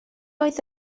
oedd